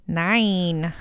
nine